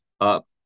up